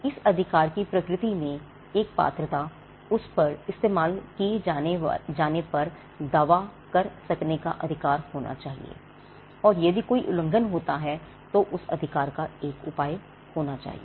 इस अधिकार की प्रकृति में एक पात्रताउस पर इस्तेमाल किए जाने पर दावा कर सकने का अधिकार होना चाहिए और यदि कोई उल्लंघन होता है उस अधिकार का एक उपाय होना चाहिए